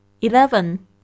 Eleven